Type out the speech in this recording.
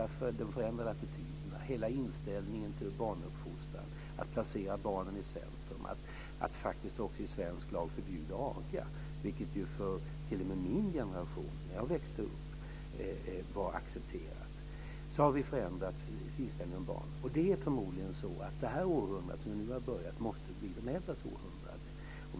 Attityderna förändrades, och hela inställningen till barnuppfostran förändrades. Man placerade barnen i centrum och förbjöd i svensk lag också aga, vilket för t.o.m. min generation, när jag växte upp, var accepterat. På det sättet har vi förändrat inställningen till barn. Och det är förmodligen så att detta århundrade som nu har påbörjats måste bli de äldres århundrade.